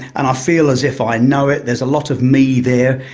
and i feel as if i know it. there's a lot of me there,